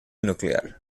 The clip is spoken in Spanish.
nuclear